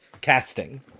casting